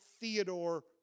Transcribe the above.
Theodore